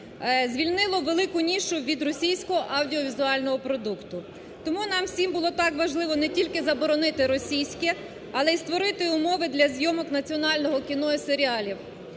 звільнило велику нішу від російського аудіовізуального продукту. Тому нам всім було так важливо не тільки заборонити російське, але й створити умови для зйомок національного кіно і серіалів,